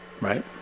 right